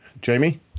Jamie